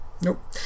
Nope